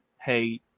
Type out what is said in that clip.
hey